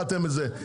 מה אתם משהו מיוחד?